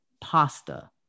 pasta